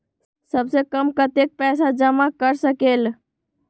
सबसे कम कतेक पैसा जमा कर सकेल?